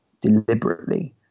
deliberately